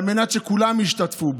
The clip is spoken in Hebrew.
על מנת שכולם ישתתפו בו.